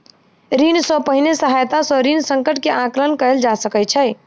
ऋण सॅ पहिने सहायता सॅ ऋण संकट के आंकलन कयल जा सकै छै